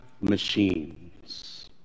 machines